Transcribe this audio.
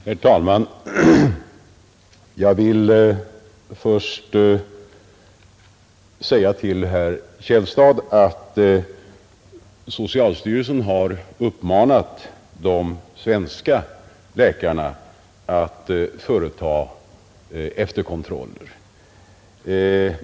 Herr talman! Jag vill först säga till herr Källstad att socialstyrelsen har uppmanat de svenska läkarna att företa efterkontroller.